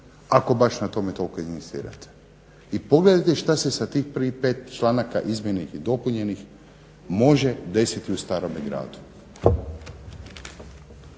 ako baš na tome toliko inzistirate i pogledajte šta se sa tih prvih 5 članaka izmijenjenih i dopunjenih može desiti u starome gradu.